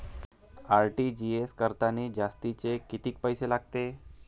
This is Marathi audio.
आर.टी.जी.एस करतांनी जास्तचे कितीक पैसे लागते?